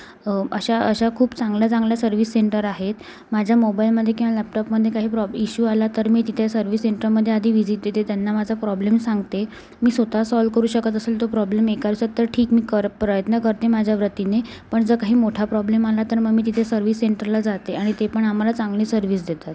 अशा अशा खूप चांगल्या चांगल्या सर्व्हिस सेंटर आहेत माझ्या मोबाईलमध्ये किंवा लॅपटॉपमध्ये काही प्रॉब इशू आला तर मी तिथे सर्व्हिस सेंटरमध्ये आधी व्हिजिट देते त्यांना माझा प्रॉब्लेम सांगते मी स्वतः सॉल्व्ह करू शकत असेल तो प्रॉब्लेम एका दिवसात तर ठीक मी कर प्रयत्न करते माझ्या वतीने पण जर काही मोठा प्रॉब्लेम आला तर मग मी तिथे सर्व्हिस सेंटरला जाते आणि ते पण आम्हाला चांगली सर्व्हिस देतात